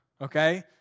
Okay